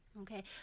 Okay